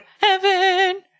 Heaven